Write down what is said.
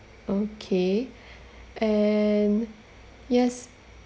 okay and yes